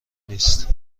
نیست